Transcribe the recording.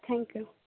thank you